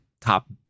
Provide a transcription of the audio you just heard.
top